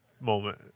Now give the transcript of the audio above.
moment